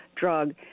drug